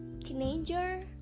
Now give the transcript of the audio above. teenager